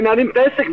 מנהלים את העסק,